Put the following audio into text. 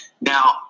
Now